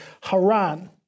Haran